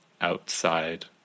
outside